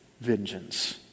vengeance